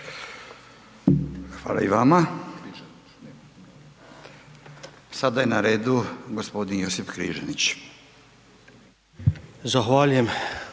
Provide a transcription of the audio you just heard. Hvala i vama. Sada je na redu g. Josip Križanić. **Križanić,